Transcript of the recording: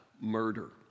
murder